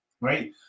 right